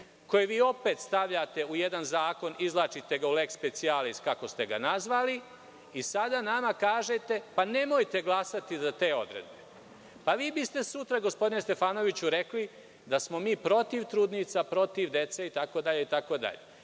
koje vi opet stavljate u jedan zakon, izvlačite ga u leks specijalis, kako ste ga nazvali i sada nama kažete – nemojte glasati za te odredbe. Vi biste sutra, gospodine Stefanoviću, rekli da smo mi protiv trudnica, protiv dece itd.